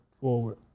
forward